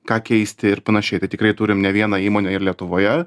ką keisti ir panašiai tai tikrai turim ne vieną įmonę ir lietuvoje